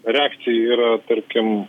reakcija yra tarkim